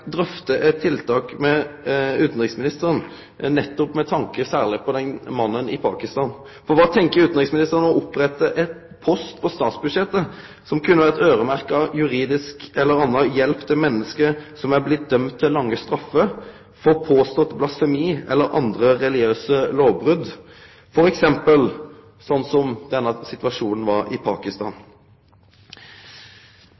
drøfte eit tiltak med utanriksministeren, nettopp med tanke på særleg den mannen i Pakistan. Kva tenkjer utanriksministeren om å opprette ein post på statsbudsjettet som kunne vere øyremerkt juridisk eller anna hjelp til menneske som er blitt dømde til lange straffer for påstått blasfemi eller andre religiøse lovbrot, t.d. denne situasjonen i Pakistan?